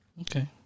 Okay